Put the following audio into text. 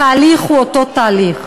התהליך הוא אותו תהליך: